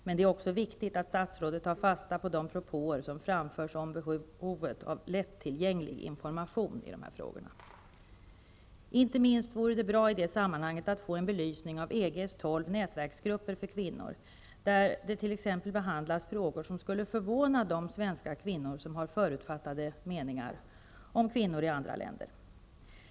Men det är också viktigt att statsrådet tar fasta på de propåer som framförs om behovet av lättillgänglig information i de här frågorna. Inte minst vore det bra i det sammanhanget att få en belysning av EG:s tolv nätverksgrupper för kvinnor. Där behandlas t.ex. frågor som skulle förvåna de svenska kvinnor som har förutfattade meningar om kvinnor i andra länder.